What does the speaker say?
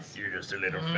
you're just a little